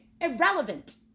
irrelevant